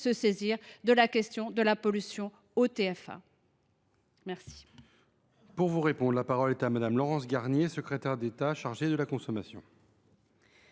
se saisir de la question de la pollution au TFA ?